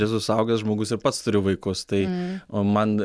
esu suaugęs žmogus ir pats turiu vaikus tai man